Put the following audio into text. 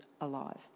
alive